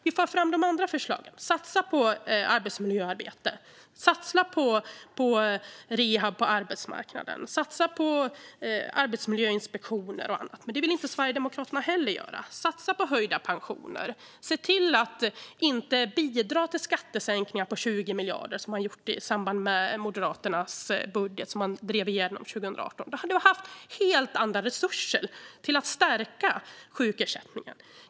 Vi för fram de andra förslagen och satsar på arbetsmiljöarbete, på rehab på arbetsmarknaden, på arbetsmiljöinspektioner och annat. Men inte heller det vill Sverigedemokraterna göra. Satsa på höjda pensioner! Se till att inte bidra till skattesänkningar på 20 miljarder, vilket man gjorde i samband med att Moderaternas budget drevs igenom 2018. Om man inte hade gjort det hade vi haft helt andra resurser för att stärka sjukersättningen.